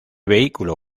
vehículo